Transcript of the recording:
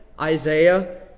Isaiah